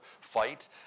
fight